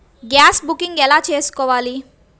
Gas booking ఎలా చేసుకోవాలి?